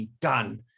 Done